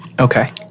Okay